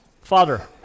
Father